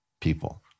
people